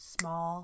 small